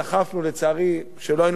לצערי כשלא היינו בממשלה,